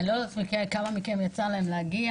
אני לא יודעת לכמה מכם יצא להגיע,